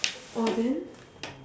oh then